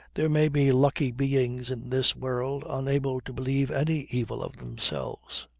there may be lucky beings in this world unable to believe any evil of themselves.